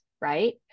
right